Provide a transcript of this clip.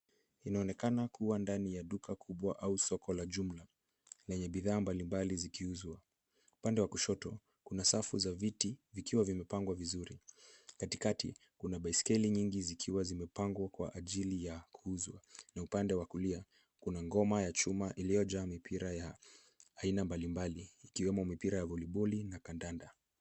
Inaonekana kuwa ndani ya duka kubwa au soko la jumla lenye bidhaa mbalimbali zikiuzwa. Upande wa kushoto, kuna safu za viti vikiwa vimepangwa vizuri. Katikati, kuna baiskeli nyingi zikiwa zimepangwa kwa ajili ya kuuzwa na upande wa kulia kuna ngoma ya chuma iliyojaa mipira ya aina mbalimbali ikiwemo mipira ya voliboli na kandanda.